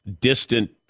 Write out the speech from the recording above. distant